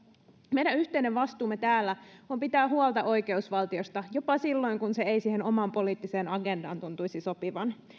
meidän yhteinen vastuumme täällä on pitää huolta oikeusvaltiosta jopa silloin kun se ei siihen omaan poliittiseen agendaan tuntuisi sopivan